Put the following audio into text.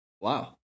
Wow